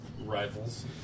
rivals